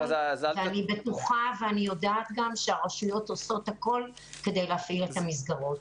אני בטוחה ואני יודעת שהרשויות עושות הכול כדי להפעיל את המסגרות.